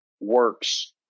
works